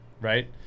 right